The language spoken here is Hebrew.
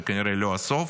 שזה כנראה לא הסוף,